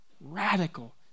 Radical